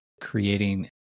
creating